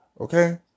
Okay